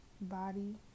body